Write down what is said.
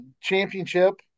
championship